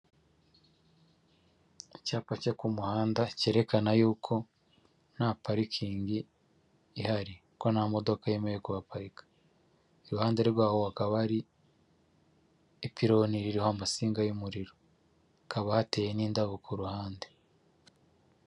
Icyapa cyo ku muhanda cyerekana yuko nta parikingi ihari, ko nta modoka yemerewe kuhaparika. Iruhande rwaho hakaba hari ipironi ririho amasinga y'umuriro, hakaba hateye n'indabo ku ruhande.